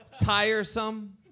tiresome